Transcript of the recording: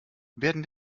werden